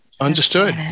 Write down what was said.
Understood